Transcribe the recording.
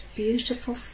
beautiful